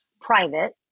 private